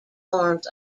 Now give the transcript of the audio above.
forms